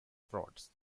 frauds